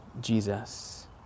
Jesus